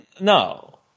no